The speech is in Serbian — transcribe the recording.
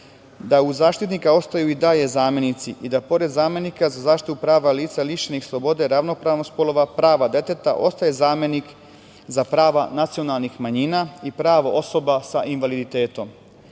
Uz Zaštitnika ostaju i dalje zamenici i pored zamenika za zaštitu prava lica lišenih slobode, ravnopravnost polova, prava deteta ostaje zamenik za prava nacionalnih manjina i pravo osoba sa invaliditetom. Novi